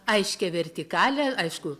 aiškia vertikale aišku